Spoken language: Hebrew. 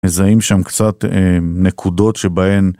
מזהים שם קצת נקודות שבהן...